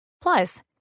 Plus